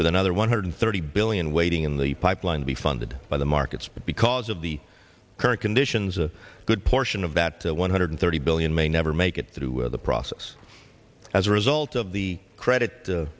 with another one hundred thirty billion waiting in the pipeline to be funded by the markets but because of the current conditions a good portion of that one hundred thirty billion may never make it through the process as a result of the credit